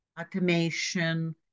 automation